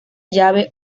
llave